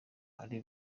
ari